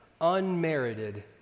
unmerited